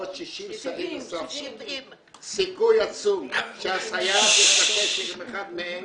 70. סיכוי עצום שהסייעת תתקשר עם אחד מהם